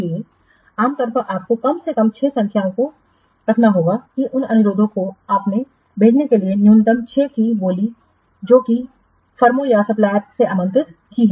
इसलिए आम तौर पर आपको कम से कम छह संख्याओं को कहना होगा कि इन अनुरोधों को आपको भेजने के लिए न्यूनतम 6 संख्या की बोली को किन फर्मों या सप्लायरससे आमंत्रित करना है